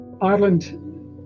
Ireland